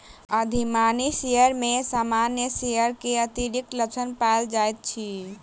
अधिमानी शेयर में सामान्य शेयर के अतिरिक्त लक्षण पायल जाइत अछि